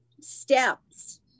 steps